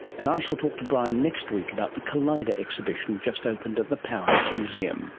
and i shall talk to brian next week about the collider exhibition just opened at the powerhouse museum